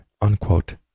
unquote